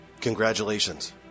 Congratulations